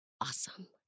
awesome